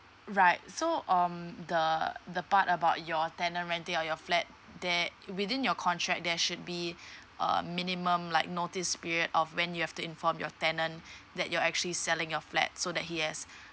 right so um the the part about your tenant rental of your flat there within your contract there should be a minimum like notice period of when you have to inform your tenant that you're actually selling your flat so that he has